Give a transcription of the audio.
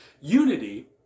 Unity